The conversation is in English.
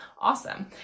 awesome